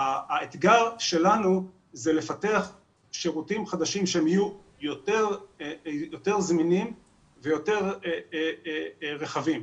האתגר שלנו הוא לפתח שירותים חדשים שיהיו יותר זמינים ויותר רחבים.